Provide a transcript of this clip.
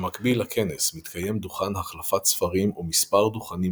במקביל לכנס מתקיים דוכן החלפת ספרים ומספר דוכנים